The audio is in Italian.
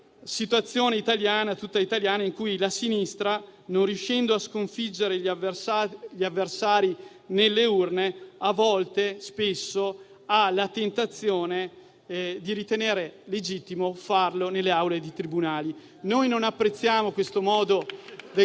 situazione tutta italiana, in cui la sinistra, non riuscendo a sconfiggere gli avversari nelle urne, a volte - anzi, spesso - ha la tentazione di ritenere legittimo farlo nelle aule dei tribunali. Noi non apprezziamo questo modo di